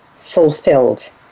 Fulfilled